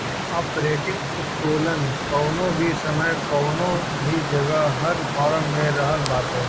operating उत्तोलन कवनो भी समय कवनो भी जगह हर फर्म में रहत बाटे